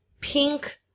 Pink